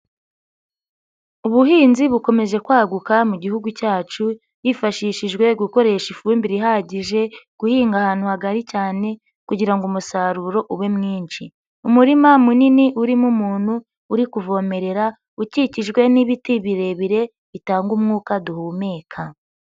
Ubuhinzi bukomeje kwaguka mu gihugu cyacu, hifashishijwe gukoresha ifumbire ihagije, guhinga ahantu hagari cyane kugira ngo umusaruro ube mwinshi. Umurima munini urimo umuntu uri kuvomerera, ukikijwe n'ibiti birebire bitanga umwuka duhumeka.